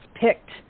picked